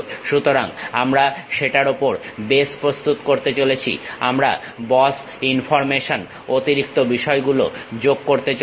সুতরাং আমরা সেটার ওপর বেস প্রস্তুত করেছি আমরা বস ইনফর্মেশন অতিরিক্ত বিষয়গুলো যোগ করতে চলেছি